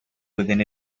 within